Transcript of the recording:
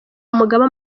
umugaba